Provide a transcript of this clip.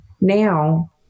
now